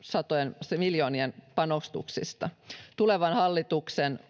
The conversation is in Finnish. satojen miljoonien panostuksista tulevan hallituksen